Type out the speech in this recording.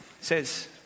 says